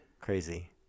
Crazy